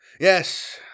Yes